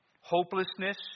hopelessness